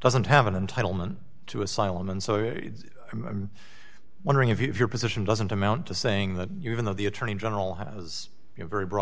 doesn't have an entitlement to asylum and so i'm wondering if your position doesn't amount to saying that even though the attorney general has been very broad